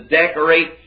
decorate